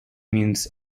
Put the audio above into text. means